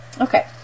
okay